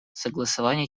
согласование